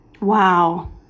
Wow